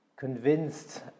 convinced